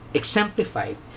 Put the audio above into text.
exemplified